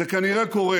זה כנראה קורה